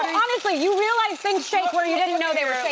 honestly, you realize things shake were you didn't know they were